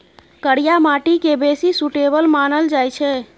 करिया माटि केँ बेसी सुटेबल मानल जाइ छै